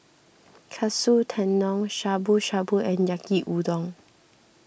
Katsu Tendon Shabu Shabu and Yaki Udon